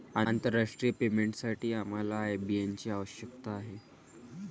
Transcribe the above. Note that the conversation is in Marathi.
आंतरराष्ट्रीय पेमेंटसाठी आम्हाला आय.बी.एन ची आवश्यकता आहे